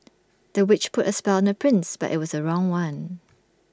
the witch put A spell on the prince but IT was the wrong one